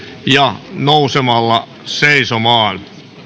ja nousemalla seisomaan